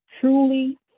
truly